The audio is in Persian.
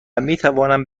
میتوانم